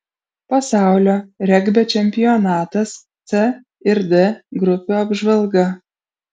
pasaulio regbio čempionatas c ir d grupių apžvalga